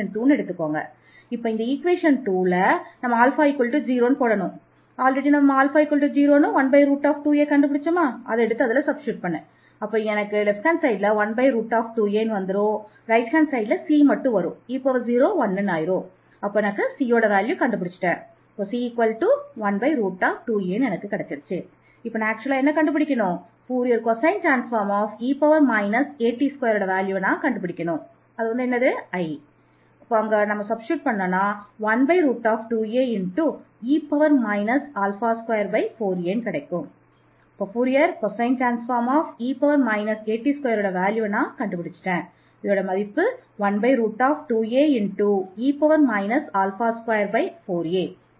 α0ஆக இருக்கும் போது லிருந்து நமக்கு கிடைப்பது I02 0e at2dt atz மற்றும் dt1adz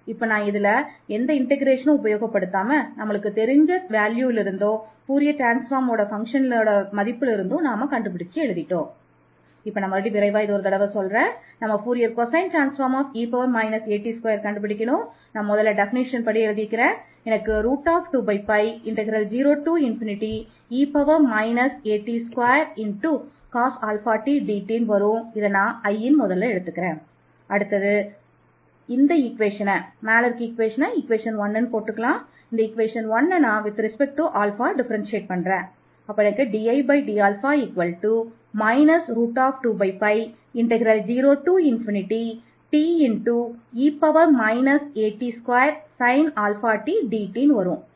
என்று மேலே உள்ள இன்டெக்ரல்லில் உபயோகப்படுத்தினால் நமக்கு கிடைக்கப் பெறுவது I02a 0e z2dz 0e z2dz2∴I012a என்று நமக்கு தெரியும்